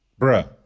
Bruh